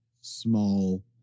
small